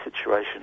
situation